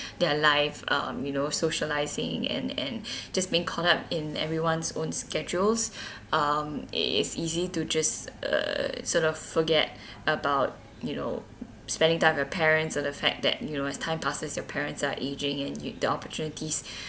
their life um you know socialising and and just being caught up in everyone's own schedules um it is easy to just uh sort of forget about you know spending time with our parents or the fact that you know as time passes your parents are ageing and you the opportunities